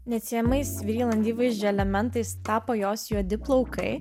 neatsiejamais vriland įvaizdžio elementais tapo jos juodi plaukai